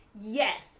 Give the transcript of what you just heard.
yes